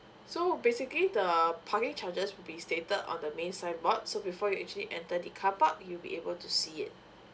so basically the parking charges will be stated on the main signboard so before you actually enter the carpark you'll be able to see it